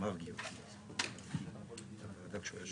(הטלת בלו)(תיקון מס' 2).